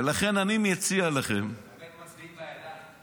ולכן אני מציע לכם --- את האמת, מצביעים בידיים.